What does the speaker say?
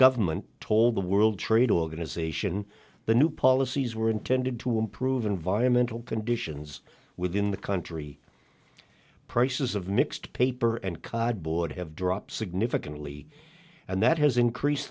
government told the world trade organization the new policies were intended to improve environmental conditions within the country prices of mixed paper and cardboard have dropped significantly and that has increased